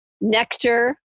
nectar